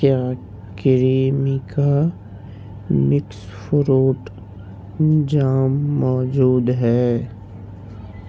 کیا Crimica mix fruit jam موجود ہے